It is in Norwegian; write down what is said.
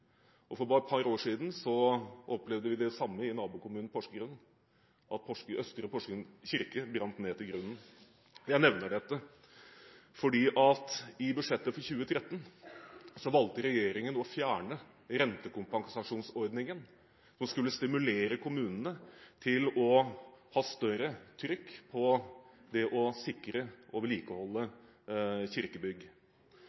ned til grunnen. Jeg nevner dette fordi regjeringen i budsjettet for 2013 valgte å fjerne rentekompensasjonsordningen, som skulle stimulere kommunene til å ha større trykk på det å sikre og vedlikeholde